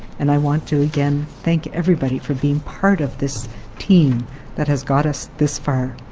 and i want to again thank everybody for being part of this team that has got us this far,